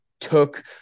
took